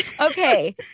Okay